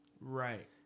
Right